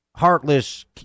heartless